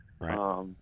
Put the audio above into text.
Right